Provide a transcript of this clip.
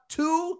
two